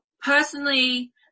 personally